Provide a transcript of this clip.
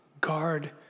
Guard